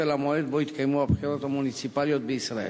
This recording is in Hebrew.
למועד שבו יתקיימו הבחירות המוניציפליות בישראל?